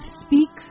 speaks